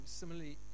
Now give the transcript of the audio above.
similarly